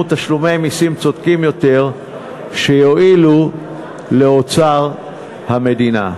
תשלומי מסים צודקים יותר שיועילו לאוצר המדינה.